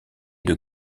deux